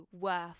worth